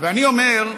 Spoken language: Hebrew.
ואני אומר,